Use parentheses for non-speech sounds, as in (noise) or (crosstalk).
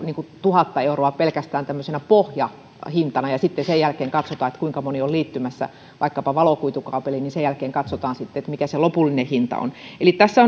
tuhat euroa pelkästään tämmöisenä pohjahintana ja sitten katsotaan kuinka moni on liittymässä vaikkapa valokuitukaapeliin ja sen jälkeen katsotaan mikä se lopullinen hinta on eli tässä (unintelligible)